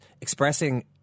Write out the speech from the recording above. expressing